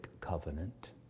covenant